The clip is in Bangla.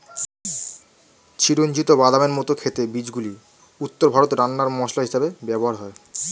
চিরঞ্জিত বাদামের মত খেতে বীজগুলি উত্তর ভারতে রান্নার মসলা হিসেবে ব্যবহার হয়